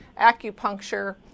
acupuncture